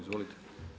Izvolite.